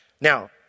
Now